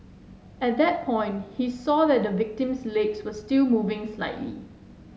at that point he saw that the victim's legs were still moving slightly